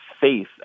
faith